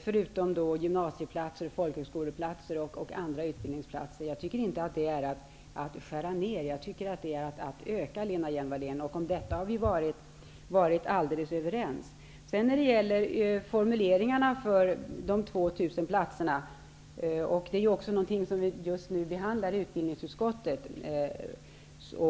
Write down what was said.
förutom att det finns gymnasieskoleplatser, folkhögskoleplatser och andra utbildningsplatser. Jag tycker inte att det är att skära ner. Jag tycker att det är att öka, Lena Hjelm-Walle n. Vi har varit alldeles överens om detta. När det sedan gäller formuleringarna för de 2 000 platserna står det i överenskommelsen ''om möjligt''. Det är ju också någonting som vi behandlar i utbildningsutskottet just nu.